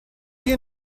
you